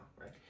right